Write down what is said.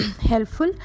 helpful